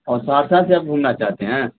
اور سہرسہ شہر گھومنا چاہتے ہیں